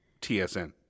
TSN